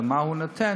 למה הוא נותן,